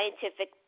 scientific